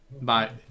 bye